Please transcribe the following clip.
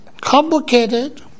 complicated